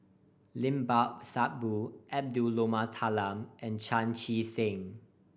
Limat Sabtu Edwy Lyonet Talma and Chan Chee Seng